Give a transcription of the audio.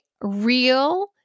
real